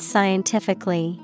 Scientifically